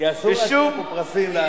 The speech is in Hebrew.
אסור להציע פה פרסים.